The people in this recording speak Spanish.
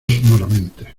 sonoramente